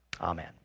Amen